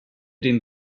din